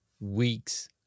weeks